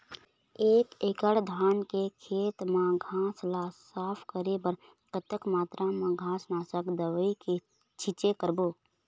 एक एकड़ धान के खेत मा घास ला साफ करे बर कतक मात्रा मा घास नासक दवई के छींचे करबो?